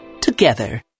together